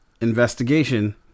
Investigation